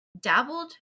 dabbled